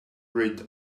grayed